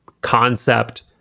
concept